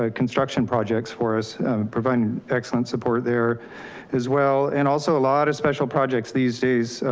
ah construction projects for us providing excellent support there as well. and also a lot of special projects these days,